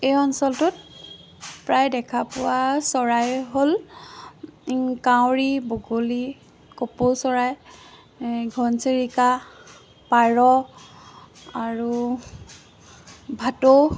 এই অঞ্চলটোত প্ৰায় দেখা পোৱা চৰাই হ'ল কাউৰী বগলী কপৌ চৰাই এই ঘৰচিৰিকা পাৰ আৰু ভাটৌ